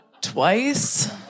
twice